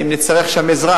אם נצטרך שם עזרה,